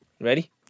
Ready